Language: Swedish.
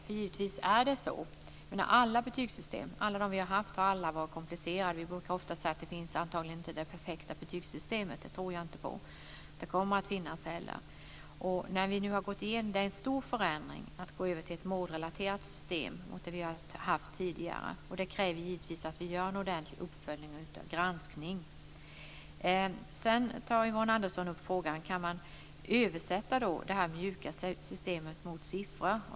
Alla betygssystem som vi har haft har varit komplicerade. Det finns antagligen inte och kommer inte heller att finnas något prefekt betygssystem, det tror jag inte. Det är en stor förändring att gå över till ett målrelaterat system jämfört med det system som vi har haft tidigare. Det kräver givetvis att det görs en ordentlig uppföljning och granskning. Sedan ställde Yvonne Andersson frågan: Kan man översätta det mjuka systemet till siffror?